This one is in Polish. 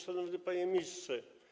Szanowny Panie Ministrze!